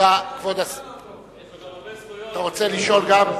נראה לא טוב.